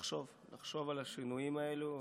לחשוב על השינויים האלה.